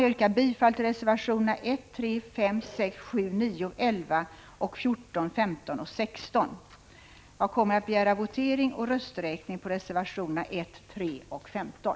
Jag yrkar bifall till reservationerna 1, 3, 5,6, 7,9, 11, 14,15 och 16. Jag kommer att begära votering och rösträkning avseende reservationerna 1, 3 och 15.